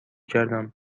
کردم